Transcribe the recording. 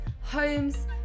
homes